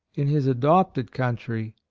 in his adopted country,